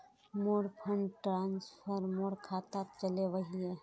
मोर fund transfer मोर खातात चले वहिये